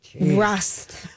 rust